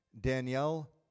Danielle